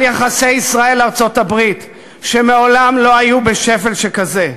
על יחסי ישראל ארצות-הברית שמעולם לא היו בשפל שכזה.